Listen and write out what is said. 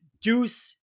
Deuce